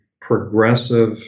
progressive